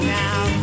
now